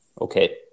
okay